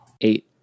Eight